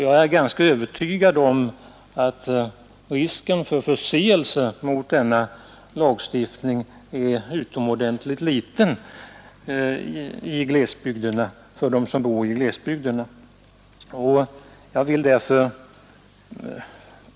Jag är ganska övertygad om att risken för förseelser mot denna lagstiftning är utomordentligt liten beträffande dem som bor i glesbygderna.